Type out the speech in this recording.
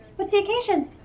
what's the occasion?